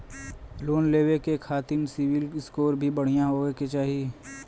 Loan लेवे के खातिन सिविल स्कोर भी बढ़िया होवें के चाही?